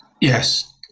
Yes